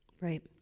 Right